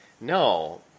no